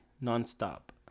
non-stop